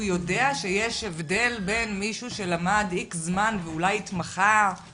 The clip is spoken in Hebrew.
הוא יודע שיש הבדל בין מישהו שלמד X זמן ואולי עבר